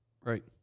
Right